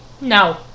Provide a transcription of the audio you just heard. No